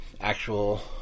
actual